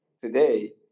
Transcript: today